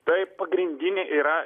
tai pagrindinė yra